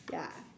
ya